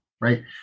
right